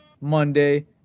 monday